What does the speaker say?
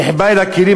נחבא אל הכלים,